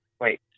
wait